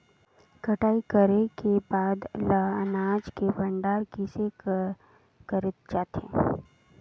कटाई करे के बाद ल अनाज के भंडारण किसे करे जाथे?